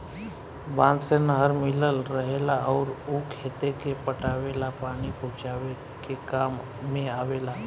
बांध से नहर मिलल रहेला अउर उ खेते के पटावे ला पानी पहुचावे के काम में आवेला